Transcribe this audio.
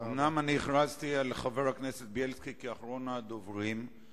אומנם הכרזתי על חבר הכנסת בילסקי כאחרון הדוברים,